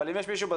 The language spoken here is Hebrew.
אם יש מישהו.